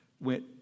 went